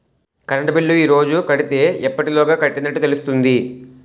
Current bill ఈ రోజు కడితే ఎప్పటిలోగా కట్టినట్టు తెలుస్తుంది?